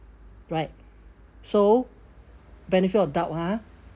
right so benefit of doubt ah